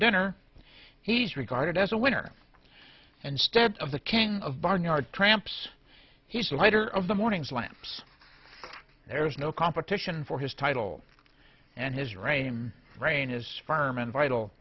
dinner he's regarded as a winner instead of the king of barnyard tramp's he's the leader of the mornings lamps there is no competition for his title and his regime reign is firm and vital